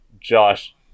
Josh